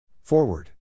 Forward